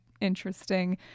interesting